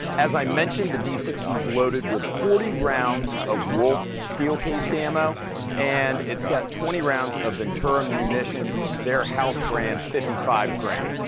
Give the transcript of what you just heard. as i mentioned, the d sixty s loaded with forty rounds of wolf steel cased ammo and it's got twenty rounds of ventura munitions. they're a house brand fifty five grain.